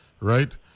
right